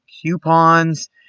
coupons